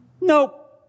nope